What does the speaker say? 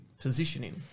positioning